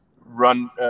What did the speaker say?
run